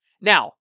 Now